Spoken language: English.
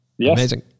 Amazing